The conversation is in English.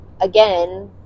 again